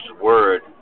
word